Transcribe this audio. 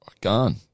Gone